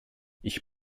ich